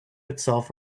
itself